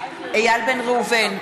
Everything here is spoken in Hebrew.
איל בן ראובן,